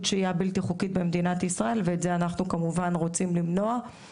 שהיה בלתי חוקית במדינת ישראל ואת זה אנחנו כמובן רוצים למנוע.